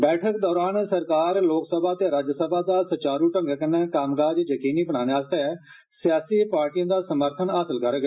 बैठक दौरान सरकार लोकसभा ते राज्यसभा दे सुचारु ढंगै कन्नै कम्मकाज यकीनी बनाने आस्तै सियासी पार्टिये दा समर्थन हासल करग